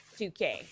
2k